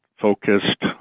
focused